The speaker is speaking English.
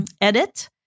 Edit